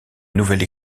nouvelle